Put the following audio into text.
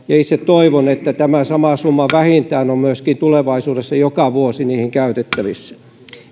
ja itse toivon että vähintään tämä sama summa on myöskin tulevaisuudessa joka vuosi niihin käytettävissä